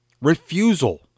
refusal